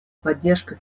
поддержкой